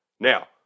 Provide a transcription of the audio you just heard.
Now